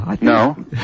No